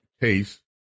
case